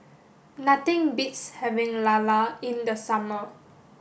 nothing beats having Lala in the summer